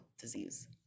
disease